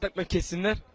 but vicinity